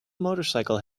motorcycle